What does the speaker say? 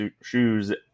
shoes